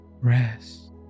Rest